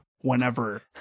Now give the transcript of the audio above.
whenever